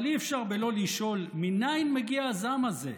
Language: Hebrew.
אבל אי-אפשר בלא לשאול: מנין מגיע הזעם הזה,